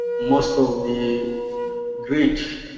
most of the reach,